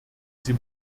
sie